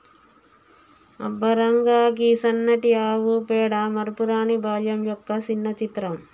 అబ్బ రంగా, గీ సన్నటి ఆవు పేడ మరపురాని బాల్యం యొక్క సిన్న చిత్రం